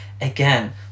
Again